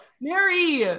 mary